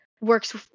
works